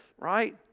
right